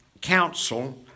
council